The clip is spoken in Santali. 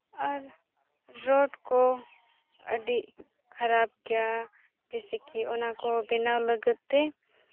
ᱟᱨ ᱨᱳᱰ ᱠᱚ ᱟᱹᱰᱤ ᱠᱷᱟᱨᱟᱯ ᱜᱮᱭᱟ ᱡᱮᱭᱥᱮ ᱠᱤ ᱚᱱᱟ ᱠᱚ ᱵᱮᱱᱟᱣ ᱞᱟᱹᱜᱤᱫ ᱛᱮ